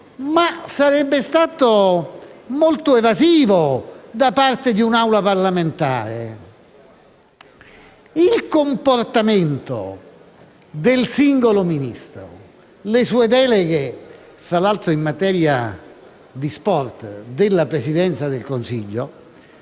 che sarebbe stato molto evasivo da parte di un'Assemblea parlamentare. Il comportamento del singolo Ministro e le sue deleghe, fra l'altro in materia di sport, presso la Presidenza del Consiglio